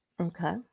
okay